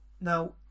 now